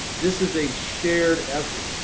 this is a shared effort.